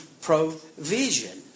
provision